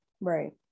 Right